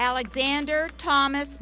alexander thomas